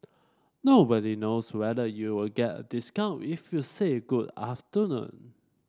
nobody knows whether you'll get a discount if you say good afternoon